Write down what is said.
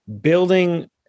building